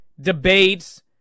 debates